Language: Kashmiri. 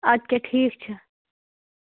اَدٕ کیٛاہ ٹھیٖک چھُ